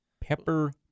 Pepper